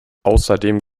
außerdem